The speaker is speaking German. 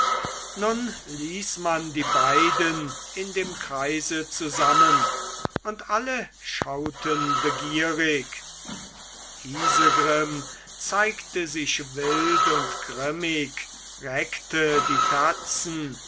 nun ließ man die beiden in dem kreise zusammen und alle schauten begierig isegrim zeigte sich wild und grimmig reckte die tatzen